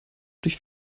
durch